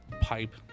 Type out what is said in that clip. pipe